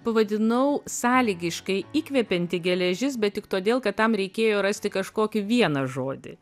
pavadinau sąlygiškai įkvepianti geležis bet tik todėl kad tam reikėjo rasti kažkokį vieną žodį